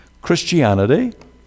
Christianity